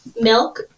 Milk